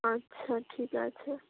আচ্ছা ঠিক আছে